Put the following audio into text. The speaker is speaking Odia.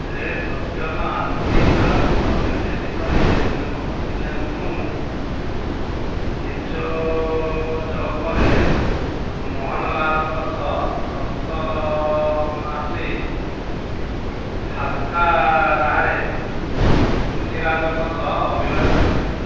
ସେ ସତ୍ୟନ ଆନ୍ଥିକାର୍ଡ଼ଙ୍କ ନିର୍ଦ୍ଦେଶିତ ଏନେମ ଏନନୁମୁ ଏଜୋଜମରେ ମୋହନଲାଲଙ୍କ ସହ ସପ୍ତମାଶ୍ରୀ ଥାସ୍କାରାହାରେ ପୃଥ୍ୱୀରାଜଙ୍କ ସହ ଅଭିନୟ କରିଛନ୍ତି